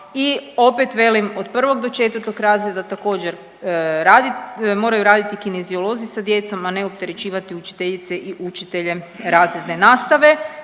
i opet velim od 1 do 4 razreda također radit, moraju raditi kineziolozi sa djecom, a ne opterećivati učiteljice i učitelje razredne nastave.